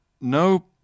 No